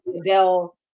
Adele